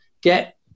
get